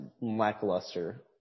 lackluster